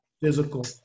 physical